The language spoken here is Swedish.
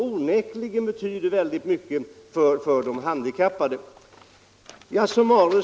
Den betyder onekligen mycket för de handikappade.